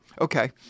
Okay